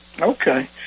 Okay